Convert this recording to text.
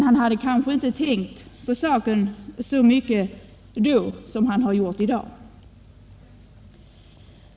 Han hade kanske inte tänkt så mycket på förslaget då som han gjort i dag.